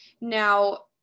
Now